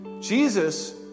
Jesus